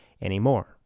anymore